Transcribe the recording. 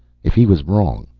if he was wrong,